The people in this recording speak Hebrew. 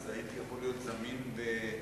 אז הייתי יכול להיות זמין מרחוק.